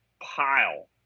pile